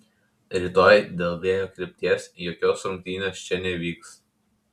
rytoj dėl vėjo krypties jokios rungtynės čia nevyks